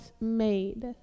made